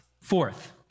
Fourth